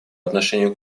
отношению